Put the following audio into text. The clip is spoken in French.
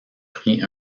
prit